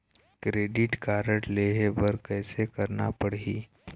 Credit card लेहे बर कैसे करना पड़ही?